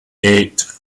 eight